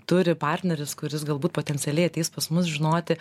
turi partneris kuris galbūt potencialiai ateis pas mus žinoti